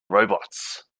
robots